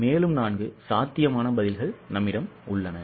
மேலும் 4 சாத்தியமான பதில்கள் உள்ளன